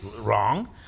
Wrong